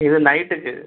இது நைட்டுக்கு